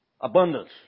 abundance